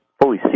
fully